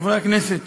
חברי הכנסת,